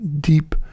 deep